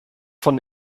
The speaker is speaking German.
von